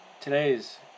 today's